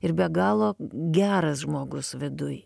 ir be galo geras žmogus viduj